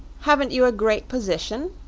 haven't you a great position?